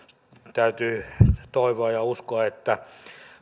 täytyy toivoa ja uskoa että